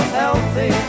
healthy